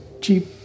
cheap